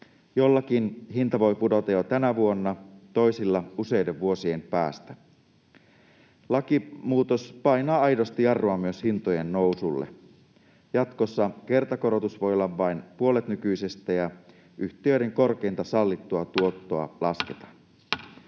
Jollakin hinta voi pudota jo tänä vuonna, toisilla useiden vuosien päästä. Lakimuutos painaa aidosti jarrua myös hintojen nousulle. Jatkossa kertakorotus voi olla vain puolet nykyisestä, ja yhtiöiden korkeinta sallittua tuottoa [Puhemies